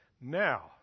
Now